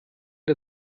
der